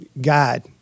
guide